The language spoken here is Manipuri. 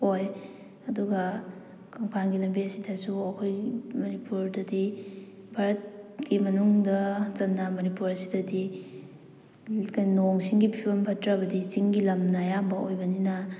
ꯑꯣꯏ ꯑꯗꯨꯒ ꯀꯪꯐꯥꯟꯒꯤ ꯂꯝꯕꯤ ꯑꯁꯤꯗꯁꯨ ꯑꯩꯈꯣꯏ ꯃꯅꯤꯄꯨꯔꯗꯗꯤ ꯚꯥꯔꯠꯀꯤ ꯃꯅꯨꯡꯗ ꯆꯟꯅ ꯃꯅꯤꯄꯨꯔ ꯑꯁꯤꯗꯗꯤ ꯅꯣꯡ ꯁꯤꯡꯒꯤ ꯐꯤꯕꯝ ꯐꯠꯇ꯭ꯔꯕꯗꯤ ꯆꯤꯡꯒꯤ ꯂꯝꯅ ꯑꯌꯥꯝꯕ ꯑꯣꯏꯕꯅꯤꯅ